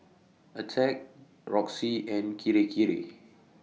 Attack Roxy and Kirei Kirei